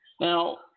Now